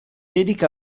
dedica